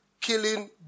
killing